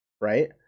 right